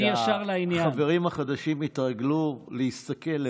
אני עושה את זה כך שהחברים החדשים יתרגלו להסתכל למעלה.